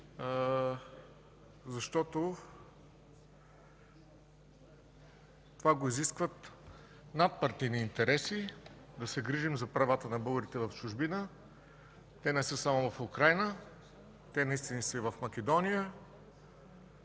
защото това го изискват надпартийните интереси – да се грижим за правата на българите в чужбина. Те не са само в Украйна – те са в Македония,